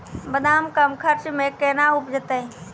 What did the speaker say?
बादाम कम खर्च मे कैना उपजते?